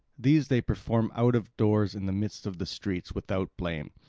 these they perform out of doors in the midst of the streets, without blame.